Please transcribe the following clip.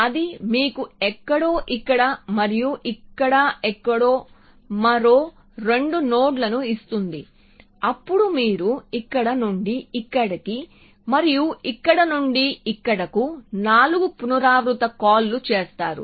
అది మీకు ఎక్కడో ఇక్కడ మరియు ఇక్కడ ఎక్కడో మరో రెండు నోడ్లను ఇస్తుంది అప్పుడు మీరు ఇక్కడ నుండి ఇక్కడికి మరియు ఇక్కడ నుండి ఇక్కడకు నాలుగు పునరావృత కాల్లు చేస్తారు